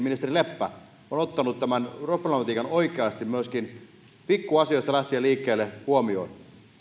ministeri leppä aktiiviviljelijä itsekin on ottanut tämän problematiikan oikeasti myöskin huomioon pikkuasioista liikkeelle lähtien kiitos